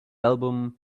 album